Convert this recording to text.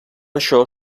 això